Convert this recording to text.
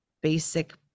basic